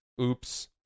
Oops